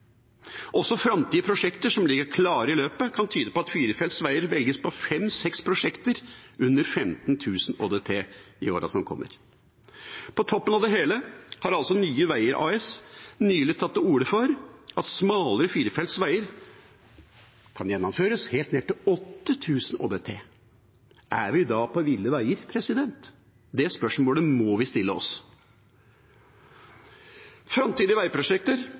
Også framtidige prosjekter som ligger klare i løpet, kan tyde på at firefeltsveier velges på fem–seks prosjekter under 15 000 ÅDT i årene som kommer. På toppen av det hele har altså Nye Veier AS nylig tatt til orde for at smalere firefeltsveier kan gjennomføres helt ned til 8 000 ÅDT. Er vi da på ville veier? Det spørsmålet må vi stille oss. Framtidige veiprosjekter